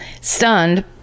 stunned